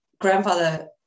grandfather